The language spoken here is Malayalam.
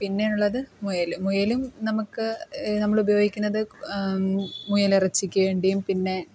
പിന്നെയുള്ളത് മുയൽ മുയലും നമുക്ക് നമ്മളുപയോഗിക്കുന്നത് മുയലിറച്ചിയ്ക്ക് വേണ്ടിയും പിന്നെ